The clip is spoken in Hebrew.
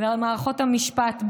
במערכות המשפט,